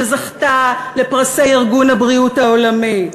שזכתה לפרסי ארגון הבריאות העולמי.